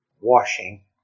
washing